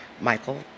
Michael